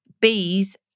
bees